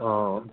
অঁ